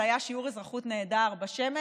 זה היה שיעור אזרחות נהדר בשמש.